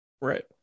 Right